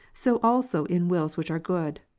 so also in wills which are good.